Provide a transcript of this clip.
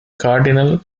cardinal